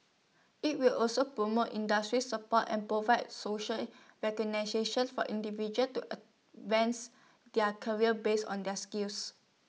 IT will also promote industry support and provide social for individuals to advance their careers based on their skills